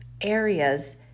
areas